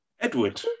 Edward